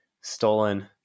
stolen